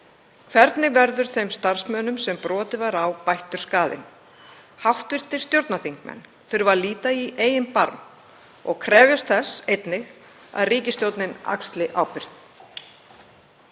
Hvernig verður þeim starfsmönnum sem brotið var á bættur skaðinn? Hv. stjórnarþingmenn þurfa að líta í eigin barm og krefjast þess einnig að ríkisstjórnin axli ábyrgð.